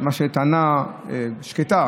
מה שבטענה שקטה,